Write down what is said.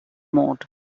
mode